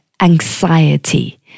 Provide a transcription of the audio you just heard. anxiety